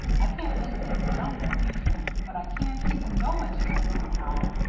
i can't make things jump like you can, but i can keep em going to-night somehow.